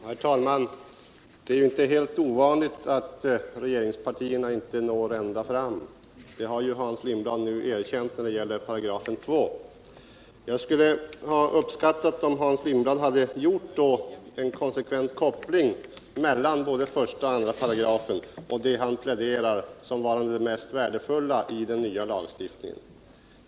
Herr talman! Det är inte helt ovanligt att regeringspartierna inte når ända fram. Det har ju Hans Lindblad erkänt när det gäller 2 3. Jag skulle ha uppskattat att om Hans Lindblad hade gjort en konsekvent koppling mellan 15 och 2 8 och det han pläderar för såsom varande det mest värdefulla i den nya lagstiftningen.